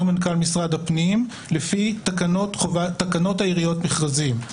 מנכ"ל משרד הפנים לפי תקנות העיריות (מכרזים).